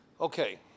Okay